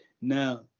Now